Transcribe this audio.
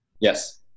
Yes